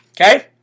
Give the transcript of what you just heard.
Okay